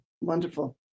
wonderful